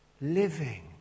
living